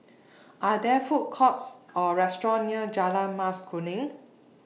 Are There Food Courts Or restaurants near Jalan Mas Kuning